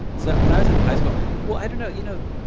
so when i was in high school well, i don't know. you know,